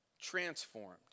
transformed